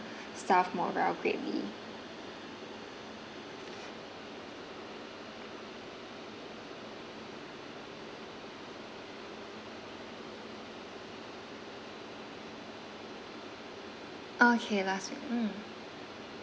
staff morale greatly okay last week um